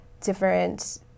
different